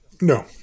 No